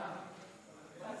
נגד.